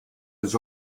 his